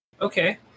Okay